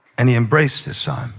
and he embraced his son